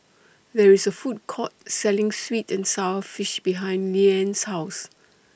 There IS A Food Court Selling Sweet and Sour Fish behind Leanne's House